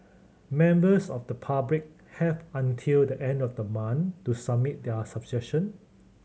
members of the public have until the end of the month to submit their sub session